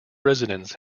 residents